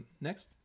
next